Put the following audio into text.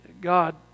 God